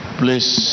please